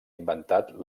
inventat